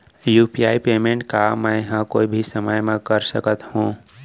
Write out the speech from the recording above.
UPI payment का मैं ह कोई भी समय म कर सकत हो?